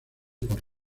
por